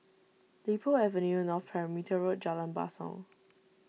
Li Po Avenue North Perimeter Road Jalan Basong